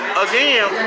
again